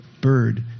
bird